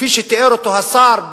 כפי שתיאר אותו השר,